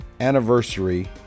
anniversary